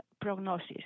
prognosis